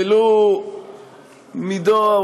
ולו מידה,